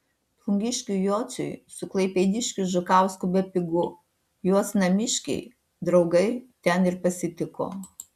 plungiškiui jociui su klaipėdiškiu žukausku bepigu juos namiškiai draugai ten ir pasitiko